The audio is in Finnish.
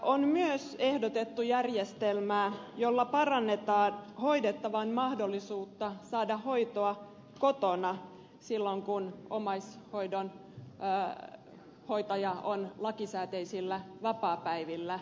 on myös ehdotettu järjestelmää jolla parannetaan hoidettavan mahdollisuutta saada hoitoa kotona silloin kun omaishoitaja on lakisääteisillä vapaapäivillä